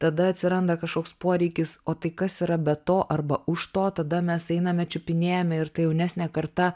tada atsiranda kažkoks poreikis o tai kas yra be to arba už to tada mes einame čiupinėjame ir ta jaunesnė karta